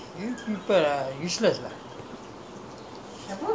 இத செய்யி அத செய்யி மெத்தய மாத்து அத மாத்து:itha sei atha sei methaya maathu atha maathu ah